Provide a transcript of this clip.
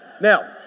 Now